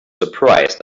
surprised